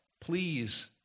please